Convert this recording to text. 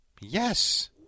Yes